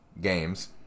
games